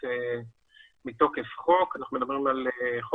הוא עובר תהליך